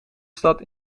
stad